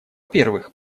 первых